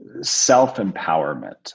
self-empowerment